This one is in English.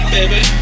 Baby